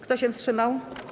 Kto się wstrzymał?